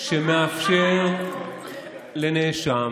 שמאפשר לנאשם